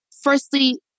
firstly